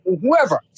whoever